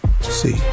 See